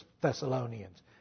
Thessalonians